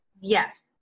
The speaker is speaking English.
Yes